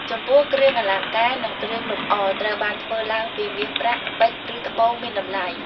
ចំពោះ គ្រឿងអលង្ការ និងគ្រឿងលម្អត្រូវបានធ្វើឡើងពីមាសប្រាក់ ពេជ្រ ឬត្បូងមានតម្លៃ។